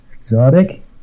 exotic